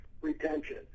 retention